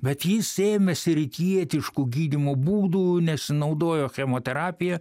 bet jis ėmėsi rytietiškų gydymo būdų nesinaudojo chemoterapija